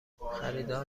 خریدار